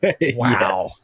wow